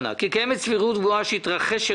הצעת החוק הזאת שניסינו להעביר ושעליה אנחנו מדברים